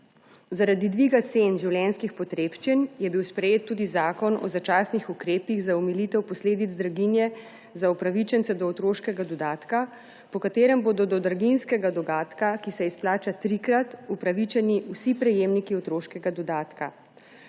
Zaradi dviga cen življenjskih potrebščin je bil sprejet tudi Zakon o začasnih ukrepih za omilitev posledic draginje za upravičence do otroškega dodatka, po katerem bodo do draginjskega dodatka, ki se izplača trikrat, upravičeni vsi prejemniki otroškega dodatka.